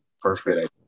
Perfect